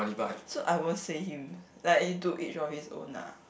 so I won't say him like to each of his own ah